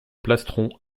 plastron